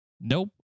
Nope